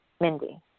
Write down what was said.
Mindy